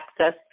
access